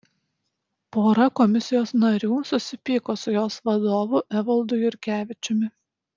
pora komisijos narių susipyko su jos vadovu evaldu jurkevičiumi